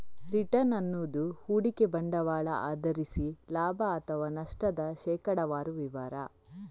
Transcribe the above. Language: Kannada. ರಿಟರ್ನ್ ಅನ್ನುದು ಹೂಡಿಕೆ ಬಂಡವಾಳ ಆಧರಿಸಿ ಲಾಭ ಅಥವಾ ನಷ್ಟದ ಶೇಕಡಾವಾರು ವಿವರ